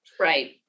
right